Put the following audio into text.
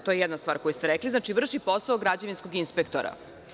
To je jedna stvar koju ste rekli, znači vrši posao građevinskog inspektora.